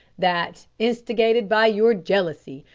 that, instigated by your jealousy,